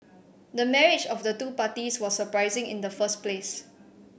the marriage of the two parties was surprising in the first place